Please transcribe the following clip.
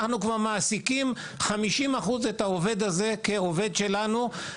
אנחנו מעסיקים את העובד הזה כעובד שלנו ב-50%,